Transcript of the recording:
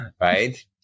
Right